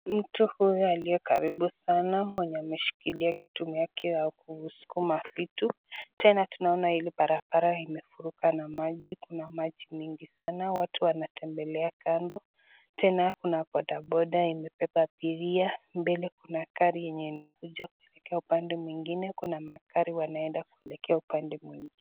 Mtu huyu aliye karibu sana mwenye ameshikilia kitu yake ya kusukuma vitu. Tena tunaona hili barabara imefurikwa na maji. Kuna maji mingi sana, watu wanatembelea kando, tena kuna bodaboda imebeba abiria. Mbele kuna gari yenye inakuja kuelekea upande mwingine, kuna magari wanaenda kuelekea upande mwingine.